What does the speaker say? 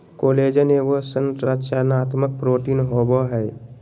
collagen एगो संरचनात्मक protein होबैय हइ